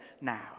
now